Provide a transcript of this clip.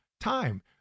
time